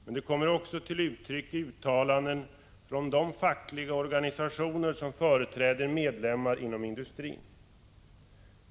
Men oron kommer också till uttryck i uttalanden från de fackliga organisationer som företräder medlemmar inom industrin.